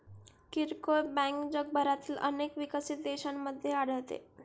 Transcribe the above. किरकोळ बँक जगभरातील अनेक विकसित देशांमध्ये आढळते